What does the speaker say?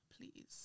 please